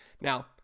Now